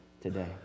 today